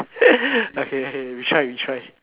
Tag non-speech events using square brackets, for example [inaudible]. [noise] okay okay retry retry